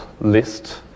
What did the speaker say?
list